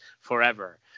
forever